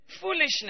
foolishness